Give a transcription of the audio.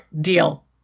Deal